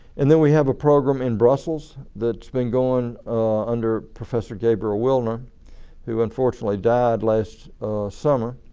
and then we have a program in brussels that's been going under professor gabriel wilner who unfortunately died last summer.